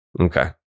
Okay